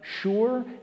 sure